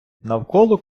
навколо